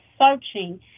searching